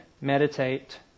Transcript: meditate